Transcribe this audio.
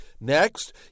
Next